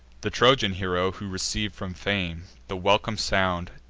the trojan hero, who receiv'd from fame the welcome sound,